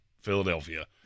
Philadelphia